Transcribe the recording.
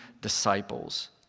disciples